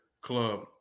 club